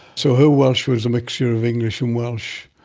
so her welsh was a mixture of english and welsh.